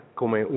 come